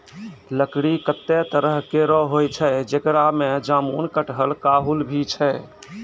लकड़ी कत्ते तरह केरो होय छै, जेकरा में जामुन, कटहल, काहुल भी छै